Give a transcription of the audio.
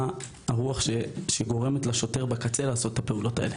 הרוח שגורמת לשוטר בקצה לעשות את הפעולות האלה?